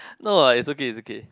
no lah it's okay it's okay